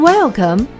Welcome